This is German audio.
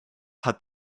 hat